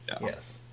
Yes